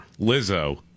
Lizzo